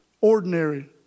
ordinary